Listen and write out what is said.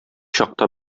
чакта